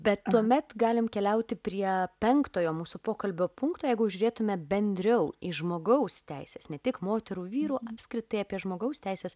bet tuomet galim keliauti prie penktojo mūsų pokalbio punkto jeigu žiūrėtume bendriau į žmogaus teises ne tik moterų vyrų apskritai apie žmogaus teises